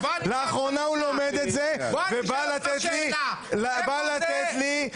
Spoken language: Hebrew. לאחרונה הוא לומד את זה ובא לתת לי מוסר.